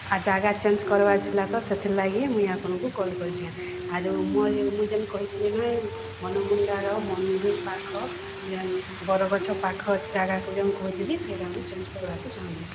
ଜାଗା ଚେଞ୍ଜ୍ କର୍ବାର୍ ଥିଲା ତ ସେଥିର୍ ଲାଗି ମୁଇଁ ଆପଣଙ୍କୁ କଲ୍ କରିଛେଁ ଆରୁ ମୋର୍ ମୁଇଁ ଜେନ୍ କହିଥିଲି ନା ମନମୁଣ୍ଡାର ମନ୍ଦିର୍ ପାଖ ବରଗଛ ପାଖ ଜାଗାକୁ ଜେନ୍ କହୁଥିଲି ସେଟାକୁ ଚେଞ୍ଜ୍ କର୍ବାକୁ ଚାହୁଁଚି